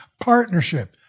partnership